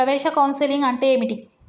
ప్రవేశ కౌన్సెలింగ్ అంటే ఏమిటి?